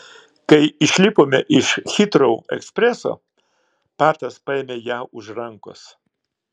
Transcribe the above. kai išlipome iš hitrou ekspreso patas paėmė ją už rankos